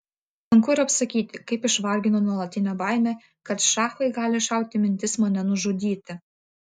sunku ir apsakyti kaip išvargino nuolatinė baimė kad šachui gali šauti mintis mane nužudyti